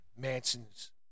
Manson's